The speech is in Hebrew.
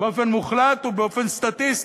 באופן מוחלט ובאופן סטטיסטי.